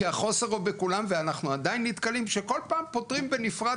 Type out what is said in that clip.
כי החוסר הוא בכולם ואנחנו עדיין נתקלים שכל פעם פותרים בנפרד